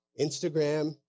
instagram